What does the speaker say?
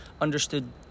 understood